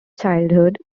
childhood